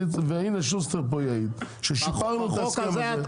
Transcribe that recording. והנה שוסטר פה יעיד ששיפרנו את ההסכם הזה.